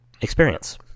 experience